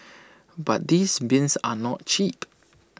but these bins are not cheap